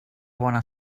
bona